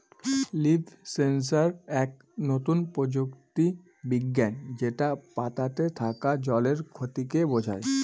leaf sensor এক নতুন প্রযুক্তি বিজ্ঞান যেটা পাতাতে থাকা জলের ক্ষতিকে বোঝায়